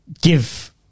give